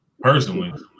Personally